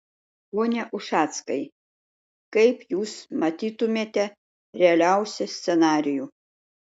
pone ušackai kaip jūs matytumėte realiausią scenarijų